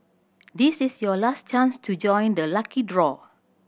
this is your last chance to join the lucky draw